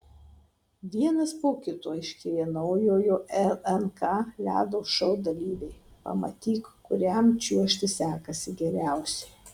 vienas po kito aiškėja naujojo lnk ledo šou dalyviai pamatyk kuriam čiuožti sekasi geriausiai